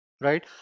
right